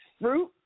fruit